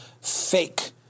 fake